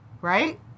Right